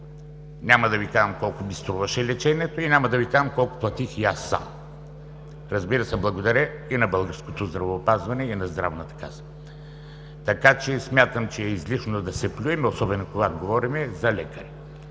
Няма да Ви кажа колко ми струваше лечението и няма да Ви казвам аз сам колко платих. Разбира се, благодаря и на българското здравеопазване, и на Здравната каса. Смятам че е излишно да се плюем, особено, когато говорим за лекари.